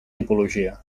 tipologia